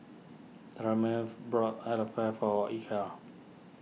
Tremaine bought Falafel for Ike